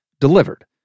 delivered